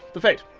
the fete.